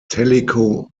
tellico